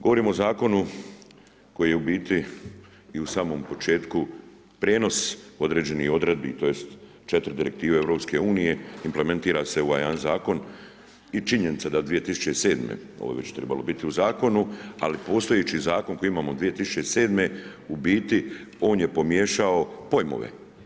Govorim o zakonu koji je u biti i u samom početku, prijenos određenih odredbi, tj. 4 direktive EU, i implementira se u ovaj jedan zakon i činjenica je da 2007. ovo je već trebalo biti u zakonu, ali postojeći zakon koji imamo 2007. u biti on je pomiješao pojmove.